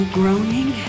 groaning